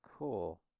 Cool